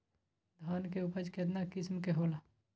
धान के उपज केतना किस्म के होला?